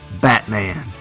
batman